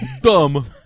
Dumb